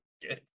good